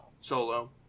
Solo